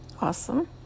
Awesome